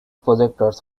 projectors